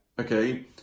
okay